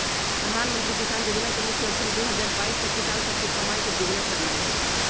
प्रधानमंत्री किसान जोजना के मुख्य लक्ष्य दू हजार बाइस तक किसान सभके कमाइ के दुगुन्ना करनाइ हइ